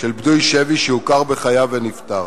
של פדוי שבי שהוכר בחייו ונפטר.